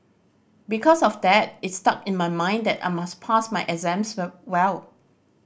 because of that it stuck in my mind that I must pass my exams well